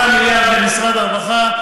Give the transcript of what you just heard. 8 מיליארד למשרד הרווחה,